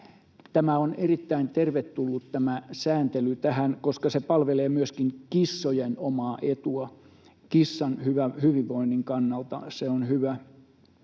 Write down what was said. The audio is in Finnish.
tämä on erittäin tervetullut sääntely tähän, koska se palvelee myöskin kissojen omaa etua. Kissan hyvinvoinnin kannalta se on hyvä.